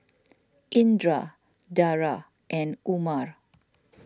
Indra Dara and Umar